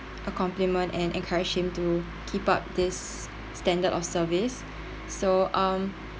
a compliment and encourage him to keep up this standard of service so um